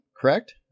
correct